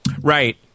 Right